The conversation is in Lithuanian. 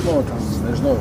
nu va tas nežinau